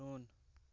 ଶୂନ